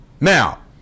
Now